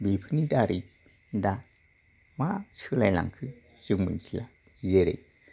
बेफोरनि दारै दा मा सोलायलांखो जों मिथिला